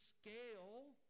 scale